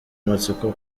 amatsiko